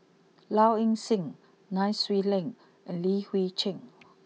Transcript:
Low Ing sing Nai Swee Leng and Li Hui Cheng